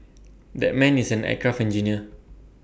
that man is an aircraft engineer